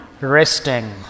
Resting